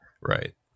right